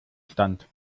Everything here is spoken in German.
stand